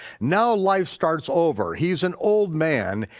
now life starts over, he's an old man,